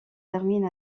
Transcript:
termine